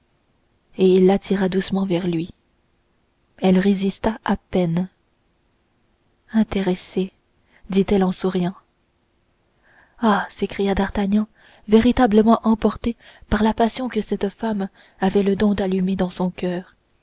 et il l'attira doucement vers lui elle résista à peine intéressé dit-elle en souriant ah s'écria d'artagnan véritablement emporté par la passion que cette femme avait le don d'allumer dans son coeur